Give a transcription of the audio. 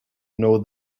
know